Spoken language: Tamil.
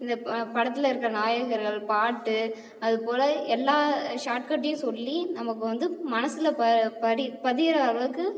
இந்த ப படத்துலிருக்க நாயகர்கள் பாட்டு அதுபோல எல்லா ஷாட்கட்டையும் சொல்லி நமக்கு வந்து மனசில் ப படி பதியுற அளவுக்கு